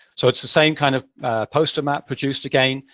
so, it's the same kind of poster map produced again,